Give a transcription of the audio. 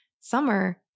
Summer